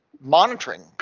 monitoring